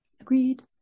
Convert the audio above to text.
agreed